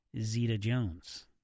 Zeta-Jones